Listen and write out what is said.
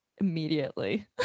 immediately